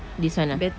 this [one] ah